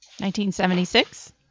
1976